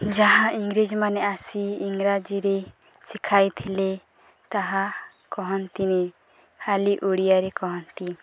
ଯାହା ଇଂରେଜ ମାନେ ଆସି ଇଂରାଜୀରେ ଶିଖାଇଥିଲେ ତାହା କହନ୍ତିନି ଖାଲି ଓଡ଼ିଆରେ କହନ୍ତି